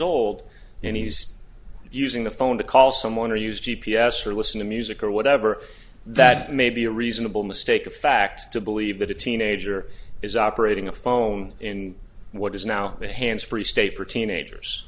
old and he's using the phone to call someone or use g p s or listen to music or whatever that may be a reasonable mistake of fact to believe that a teenager is operating a phone in what is now a hands free state for teenagers